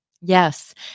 Yes